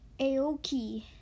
Aoki